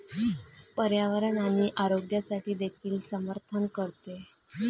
पर्यावरण आणि आरोग्यासाठी देखील समर्थन करते